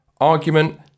argument